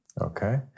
Okay